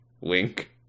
Wink